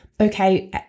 okay